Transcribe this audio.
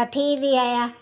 वठी ईंदी आहियां